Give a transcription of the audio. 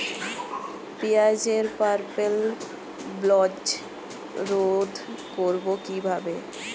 পেঁয়াজের purple blotch রোধ করবো কিভাবে?